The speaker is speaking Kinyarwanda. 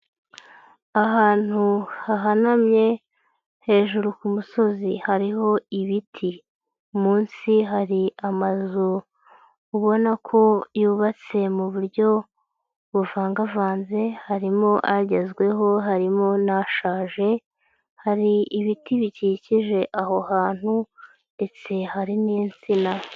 Ahantu hahanamye hejuru ku musozi hariho ibiti. Munsi hari amazu ubona ko yubatse mu buryo buvangavanze, harimo agezweho harimo n'ashaje, hari ibiti bikikije aho hantu ndetse hari n'insina.